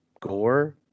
gore